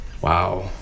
Wow